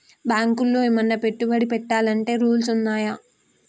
బ్యాంకులో ఏమన్నా పెట్టుబడి పెట్టాలంటే రూల్స్ ఉన్నయా?